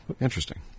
Interesting